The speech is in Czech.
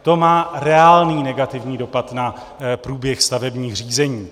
To má reálný negativní dopad na průběh stavebních řízení.